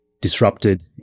disrupted